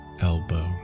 elbow